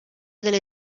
delle